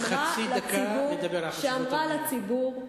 יש לך חצי דקה לדבר על חשיבות העניינים האלה.